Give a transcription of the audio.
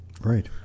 Right